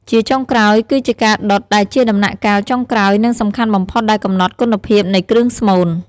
ជាចុងក្រោយគឺជាការដុត ដែលជាដំណាក់កាលចុងក្រោយ និងសំខាន់បំផុតដែលកំណត់គុណភាពនៃគ្រឿងស្មូន។